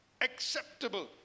acceptable